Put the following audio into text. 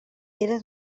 era